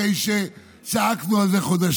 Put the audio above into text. אחרי שצעקנו על זה חודשים.